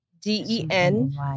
d-e-n